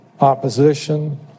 opposition